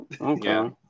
Okay